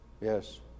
Yes